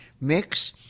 mix